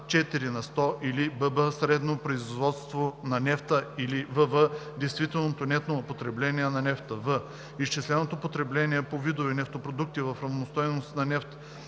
на сто, или бб) средното производство на нафта, или вв) действителното нетно потребление на нафта; в) изчисленото потребление по видове нефтопродукти в равностойност на нефт